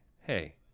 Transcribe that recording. hey